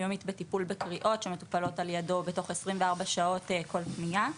יומית בטיפול בקריאות שמטופלות על ידו בתוך 24 שעות כל פנייה.